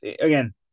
again